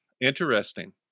Interesting